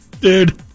Dude